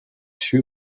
two